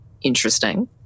interesting